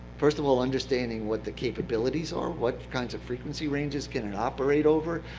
first of all, understanding what the capabilities are, what kinds of frequency ranges can it operate over,